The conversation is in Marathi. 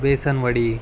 बेसनवडी